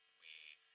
we